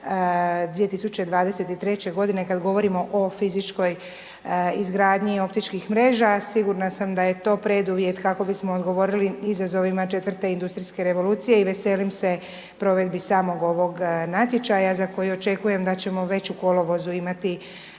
2023.g. kad govorimo o fizičkoj izgradnji optičkih mreža sigurna sam da je to preduvjet kako bismo odgovorili izazovima četvrte industrijske revolucije i veselim se provedbi samog ovog natječaja za koji očekujem da ćemo već u kolovozu imati